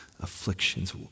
afflictions